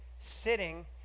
Sitting